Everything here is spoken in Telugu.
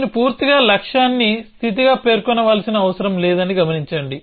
నేను పూర్తిగా లక్ష్యాన్ని స్థితిగా పేర్కొనవలసిన అవసరం లేదని గమనించండి